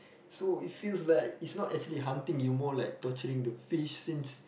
so it feels like it's not actually hunting you more like torturing the fish since